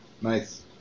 Nice